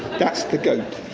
that's the goat.